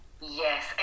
Yes